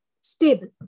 stable